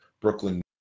brooklyn